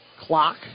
clock